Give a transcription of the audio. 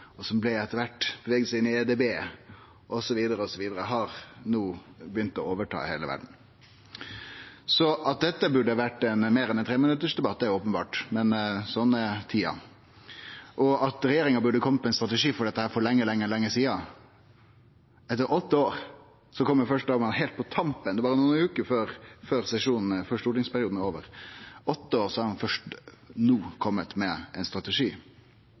og som etter kvart bevegde seg til edb osv., osv., har no begynt å overta heile verda. At dette burde ha vore meir enn ein treminuttsdebatt, er openbert, men sånn er tida. Regjeringa burde ha kome med ein strategi for dette for lenge, lenge sidan. Etter åtte år – først heilt på tampen, berre nokre veker før stortingsperioden er over – har ein no kome med ein strategi,